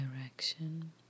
direction